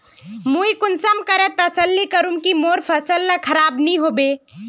मुई कुंसम करे तसल्ली करूम की मोर फसल ला खराब नी होबे?